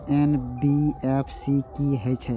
NBFC की हे छे?